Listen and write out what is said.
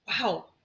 wow